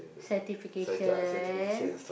satisfaction